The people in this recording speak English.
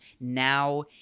now